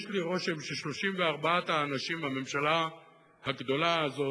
יש לי רושם ש-34 האנשים בממשלה הגדולה הזאת,